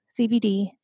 CBD